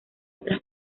otras